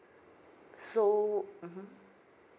so mmhmm